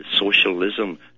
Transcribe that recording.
Socialism